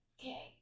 Okay